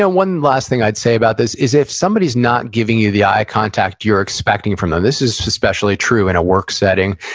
ah one last thing i'd say about this, is, if somebody's not giving you the eye contact you're expecting from them, this is especially true in a work setting,